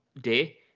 day